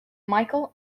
michael